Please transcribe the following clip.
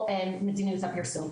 או מדיניות הפרסום.